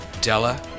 Della